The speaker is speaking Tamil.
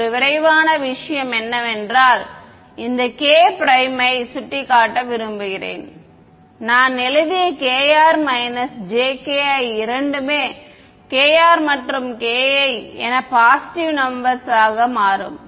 ஒரு விரைவான விஷயம் என்னவென்றால் இந்த k பிரைம் யை சுட்டிக்காட்ட விரும்புகிறேன் நான் எழுதிய kr jki இரண்டுமே Kr மற்றும் ki என பாசிட்டிவ் நம்பர்ஸ் ஆக மாறும்